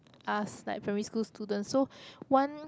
us like primary school students so one